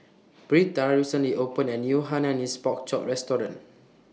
Britta recently opened A New Hainanese Pork Chop Restaurant